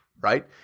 right